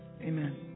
Amen